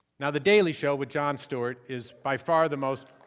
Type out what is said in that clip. now the daily show with john stewart is by far the most